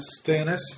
Stannis